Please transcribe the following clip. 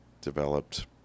developed